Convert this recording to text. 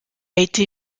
été